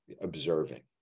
observing